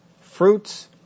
fruits